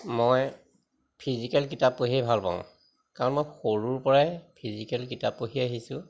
মই ফিজিকেল কিতাপ পঢ়িয়েই ভাল পাওঁ কাৰণ মই সৰুৰ পৰাই ফিজিকেল কিতাপ পঢ়ি আহিছোঁ